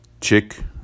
Check